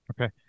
Okay